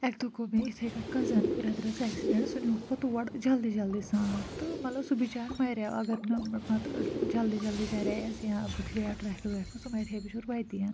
اَکہِ دۄہ گوٚو مےٚ یِتھٔے کٔنۍ کَزٕن برٛدرَس ایٚکسِڈیٚنٛٹ سُہ نِیٛوکھ پتہٕ تور جلدی جلدی سان تہٕ مطلب سُہ بِچارٕ مَرِیٛاو اَگر نہٕ پتہٕ ٲں جلدی جلدی کَریے یَس یا بٔتھہِ گٔیاو ٹرٛیفِک ویفِک سُہ مَرِہا بِچیٛور وَتے